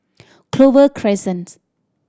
Clover Crescent